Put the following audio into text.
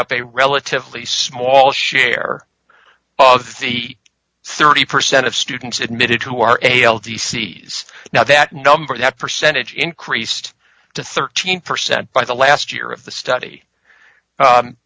up a relatively small share of the thirty percent of students admitted who are able d c s now that number that percentage increased to thirteen percent by the last year of the study